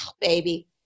Baby